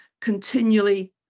continually